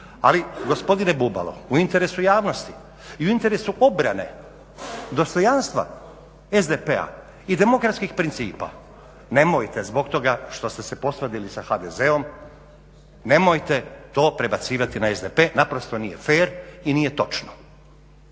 Ali gospodine Bubalo u interesu javnosti i u interesu obrane dostojanstva SDP-a i demokratskih principa nemojte zbog toga što ste se posvadili sa HDZ-om nemojte to prebacivati na SDP naprosto nije fer i nije točno.